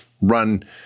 run